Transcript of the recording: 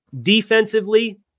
defensively